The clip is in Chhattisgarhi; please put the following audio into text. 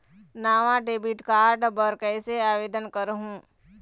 नावा डेबिट कार्ड बर कैसे आवेदन करहूं?